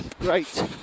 Great